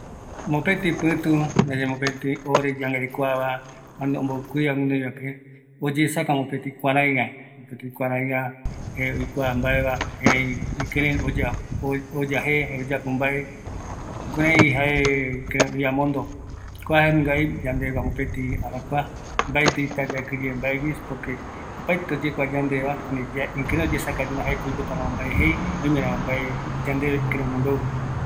Mopëtɨ pɨtü ndaye, oore oyangarekova, oesa kia omɨi pɨtü mimbiarupi, jare oesa ikɨreï oya jeje, kua jarevi ipuere mopëtï yeandu, jare jae okiyea yave ngaravi mbae oyapo supe